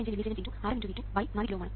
25മില്ലിസീമെൻസ് x Rm x V2 4 kilo Ω ആണ്